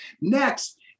Next